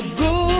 good